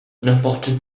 n’importe